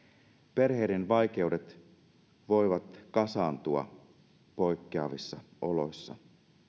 perheiden vaikeudet voivat kasaantua poikkeavissa oloissa